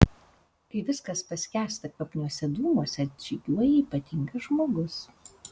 kai viskas paskęsta kvapniuose dūmuose atžygiuoja ypatingas žmogus